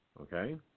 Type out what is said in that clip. Okay